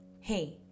Hey